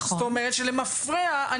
כלומר למפרע,